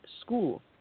school